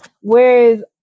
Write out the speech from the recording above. whereas